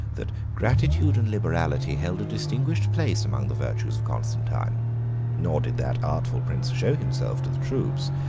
that gratitude and liberality held a distinguished place among the virtues of constantine nor did that artful prince show himself to the troops,